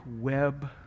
web